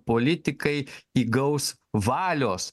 politikai įgaus valios